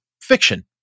fiction